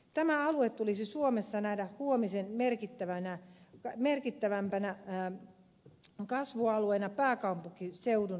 tämä alue tulisi suomessa nähdä huomisen merkittävimpänä kasvualueena pääkaupunkiseudun rinnalla